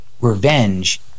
Revenge